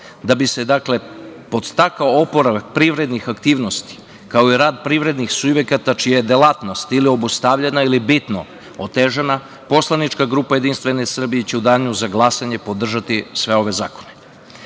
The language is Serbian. da bi se, dakle, podstakao oporavak privrednih aktivnosti, kao i rad privrednih subjekata čija je delatnost ili obustavljena ili bitno otežana poslanička grupa JS će u danu za glasanje podržati sve ove zakone. Mnogi